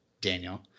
Daniel